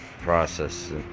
process